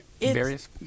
various